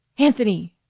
anthony!